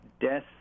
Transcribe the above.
death